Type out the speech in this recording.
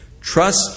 Trust